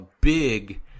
big